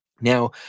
Now